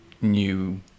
new